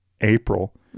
April